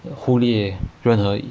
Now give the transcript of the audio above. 忽略任何